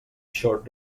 short